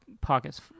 pockets